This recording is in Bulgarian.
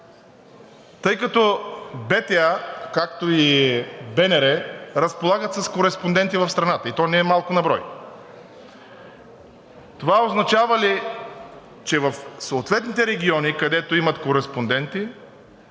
тъй като БТА, както и БНР, разполагат с кореспонденти в страната, и то немалко на брой, това означава ли, че в съответните региони, където имат кореспонденти,